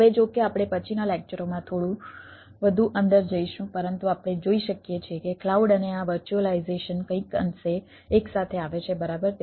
હવે જો કે આપણે પછીના લેક્ચરોમાં થોડી વધુ અંદર જશું પરંતુ આપણે જોઈ શકીએ છીએ કે ક્લાઉડ અને આ વર્ચ્યુઅલાઈઝેશન કંઈક અંશે એકસાથે આવે છે બરાબર